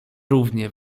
równie